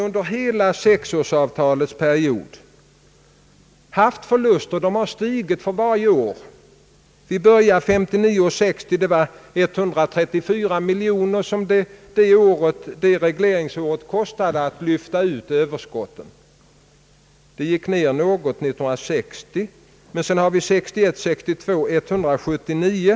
Under hela sexårsavtalets giltighetstid har vi haft stigande förluster varje år. Regleringsåret 1959 62 var siffran 179 miljoner.